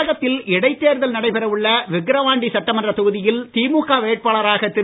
தமிழகத்தில் இடைத்தேர்தல் நடைபெற உள்ள விக்கரவாண்டி சட்டமன்ற தொகுதியில் திமுக வேட்பாளராக திரு